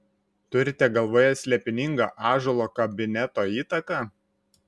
turite galvoje slėpiningą ąžuolo kabineto įtaką